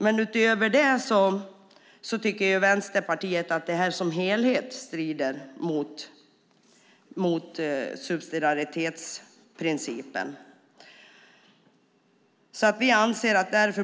Men utöver det tycker Vänsterpartiet att det här som helhet strider mot subsidiaritetsprincipen.